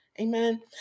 Amen